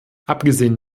abgesehen